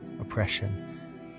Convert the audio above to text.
oppression